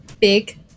big